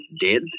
dead